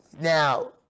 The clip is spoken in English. now